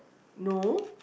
no